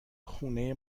خونه